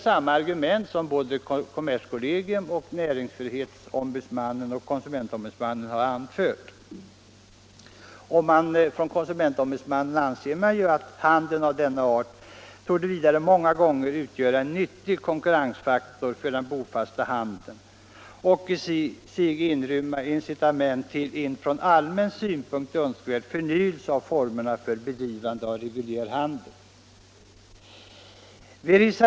Samma argument har kommerskollegium, näringsfrihetsombudsmannen och konsumentombudsmannen anfört. Kommerskollegium anser att handel av denna art många gånger torde utgöra en nyttig konkurrensfaktor för den bofasta handeln och i sig inrymma incitament till en från allmän synpunkt önskvärd förnyelse av formerna för bedrivande av reguljär handel.